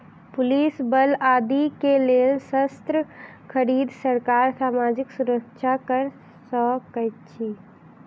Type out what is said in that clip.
police बल आदि के लेल शस्त्र खरीद, सरकार सामाजिक सुरक्षा कर सँ करैत अछि